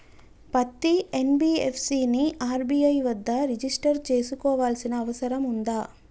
పత్తి ఎన్.బి.ఎఫ్.సి ని ఆర్.బి.ఐ వద్ద రిజిష్టర్ చేసుకోవాల్సిన అవసరం ఉందా?